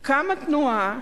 קמה תנועה: